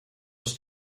was